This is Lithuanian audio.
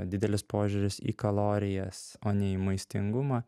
didelis požiūris į kalorijas o ne į maistingumą